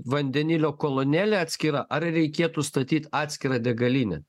vandenilio kolonėlė atskira ar reikėtų statyt atskirą degalinę